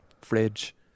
fridge